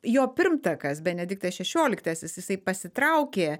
jo pirmtakas benediktas šešioliktasis jisai pasitraukė